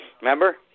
Remember